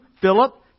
Philip